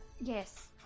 Yes